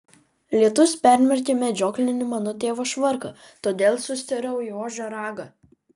lietus permerkė medžioklinį mano tėvo švarką todėl sustirau į ožio ragą